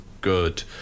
good